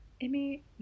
Emmy